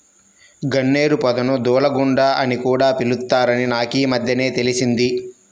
గన్నేరు పొదను దూలగుండా అని కూడా పిలుత్తారని నాకీమద్దెనే తెలిసింది